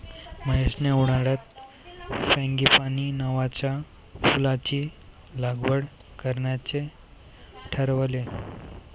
महेशने उन्हाळ्यात फ्रँगीपानी नावाच्या फुलाची लागवड करण्याचे ठरवले